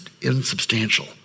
insubstantial